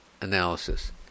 analysis